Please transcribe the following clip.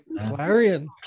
clarion